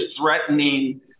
threatening